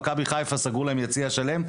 למכבי חיפה סגרו יציע שלם,